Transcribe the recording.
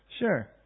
Sure